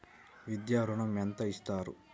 విద్యా ఋణం ఎంత ఇస్తారు?